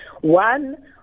One